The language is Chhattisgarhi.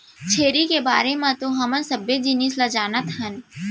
छेरी के बारे म तो हमन सबे जिनिस ल जानत हन